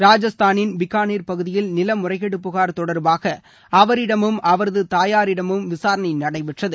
ராஜஸ்தானின் பிகானார் பகுதியில் நிலமுறைகேடு புகார் தொடர்பாக அவரிடமும் அவரது தாயாரிடமும் விசாரணை நடைபெற்றது